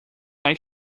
like